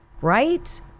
Right